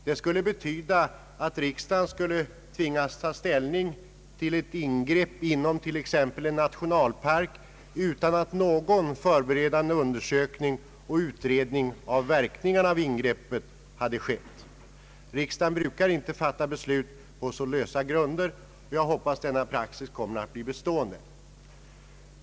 Det skulle betyda att riksdagen skulle tvingas taga ställning till ett ingrepp inom t.ex. en nationalpark, utan att någon förberedande undersökning och utredning av verkningarna av ingreppet hade skett. Riksdagen brukar inte fatta beslut på så lösa grunder, och jag hoppas denna praxis kommer att bli bestående.